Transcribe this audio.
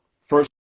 first